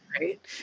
Right